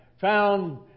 found